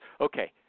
Okay